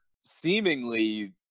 seemingly